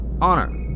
Honor